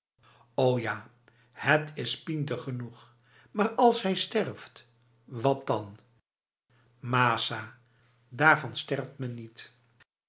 o ja het is pinter genoeg maar als hij sterft wat dan masa daarvan sterft men niet